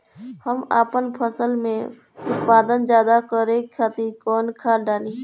हम आपन फसल में उत्पादन ज्यदा करे खातिर कौन खाद डाली?